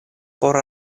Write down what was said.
por